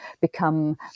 become